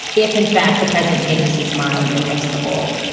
if, in fact, the president changes his mind and lifts the hold.